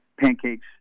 pancakes